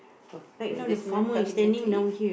!oi! then this man cutting the tree